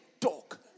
talk